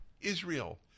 Israel